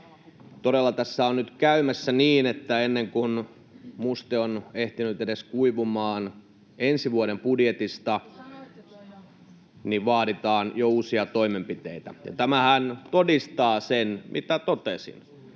Todella tässä on nyt käymässä niin, että ennen kuin muste on ehtinyt edes kuivumaan ensi vuoden budjetista, [Jenna Simula: Te sanoitte tuon jo!] vaaditaan jo uusia toimenpiteitä. Ja tämähän todistaa sen, mitä totesin: